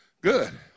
Good